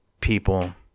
People